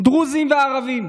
דרוזים וערבים,